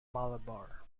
malabar